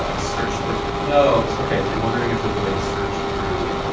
ah search for so no. so ok. you're wondering if there's a way to search through